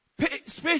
space